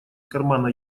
кармана